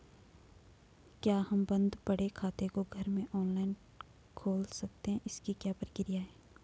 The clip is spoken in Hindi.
क्या हम बन्द पड़े खाते को घर में ऑनलाइन खोल सकते हैं इसकी क्या प्रक्रिया है?